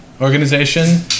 organization